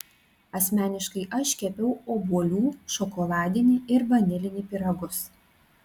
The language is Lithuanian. asmeniškai aš kepiau obuolių šokoladinį ir vanilinį pyragus